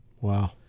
Wow